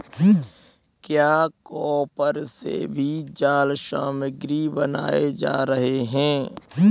क्या कॉपर से भी जाल सामग्री बनाए जा रहे हैं?